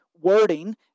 wording